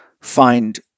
find